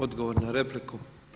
Odgovor na repliku.